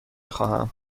خواهم